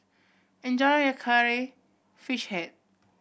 enjoy your Curry Fish Head